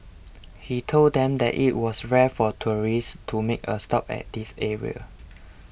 he told them that it was rare for tourists to make a stop at this area